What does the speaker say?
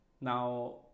Now